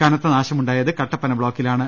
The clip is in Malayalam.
കനത്ത നാശം ഉണ്ടായത് കട്ടപ്പന ബ്ലോക്കിലാണ്